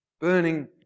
Burning